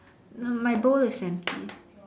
no my bowl is empty